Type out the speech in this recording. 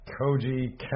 Koji